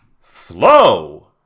Flow